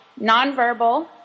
nonverbal